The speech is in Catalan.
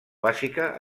bàsica